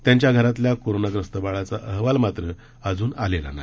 त्यांच्या घरातल्या कोरोनाग्रस्त बाळाचा अहवाल मात्र अजून आलेला नाही